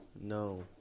No